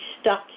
stuck